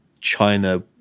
China